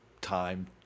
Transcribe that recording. time